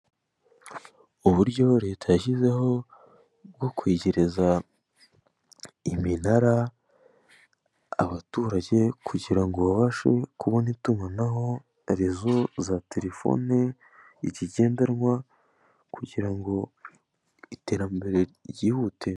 Uburyo leta yashyizeho bwo kwegereza iminara abaturage kugira ngo babashe kubona itumanaho rezo za telefone zigendanwa kugira ngo iterambere ryihute.